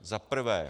Za prvé.